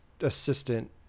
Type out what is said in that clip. assistant